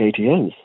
ATMs